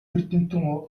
эрдэмтэн